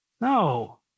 No